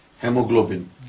hemoglobin